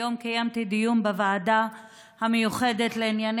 היום קיימתי דיון בוועדה המיוחדת לענייני